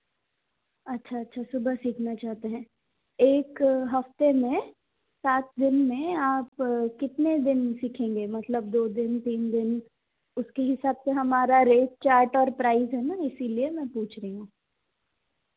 अच्छा अच्छा सुबह सीखना चाहते हैं एक हफ्ते में सात दिन में आप कितने दिन सीखेंगे मतलब दो दिन तीन दिन उसके हिसाब से हमारा रेट चार्ट और प्राइस है इसीलिए मैं पूछ रही हूं